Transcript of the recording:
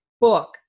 book